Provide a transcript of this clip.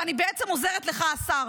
ואני בעצם עוזרת לך, השר.